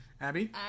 Abby